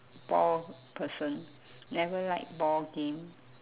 ball person never like ball game